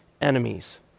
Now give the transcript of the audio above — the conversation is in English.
enemies